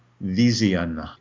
vision